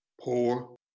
poor